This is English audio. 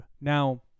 Now